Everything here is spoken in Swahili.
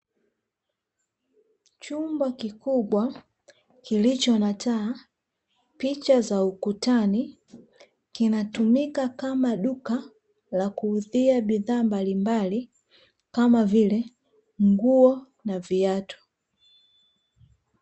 Chumba kikubwa, kilicho na taa picha za ukutani, kinatumika kama duka la kuuzia bidhaa mbalimbali kama vile nguo na viatu.